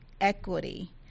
equity –